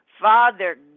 Father